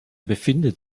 befindet